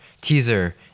teaser